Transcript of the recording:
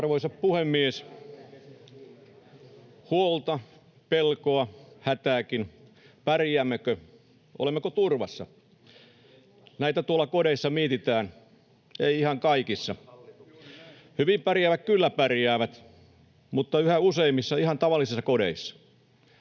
Arvoisa puhemies! Huolta, pelkoa, hätääkin. Pärjäämmekö, olemmeko turvassa? Näitä tuolla kodeissa mietitään. Ei ihan kaikissa — hyvin pärjäävät kyllä pärjäävät — mutta yhä useammissa, ihan tavallisissa kodeissa.